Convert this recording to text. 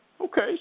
Okay